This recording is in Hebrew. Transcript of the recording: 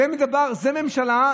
זו ממשלה?